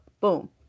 boom